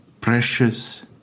precious